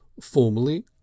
formally